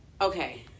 Okay